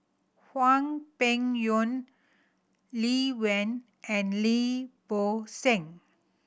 Hwang Peng Yuan Lee Wen and Lim Bo Seng